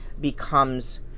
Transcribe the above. becomes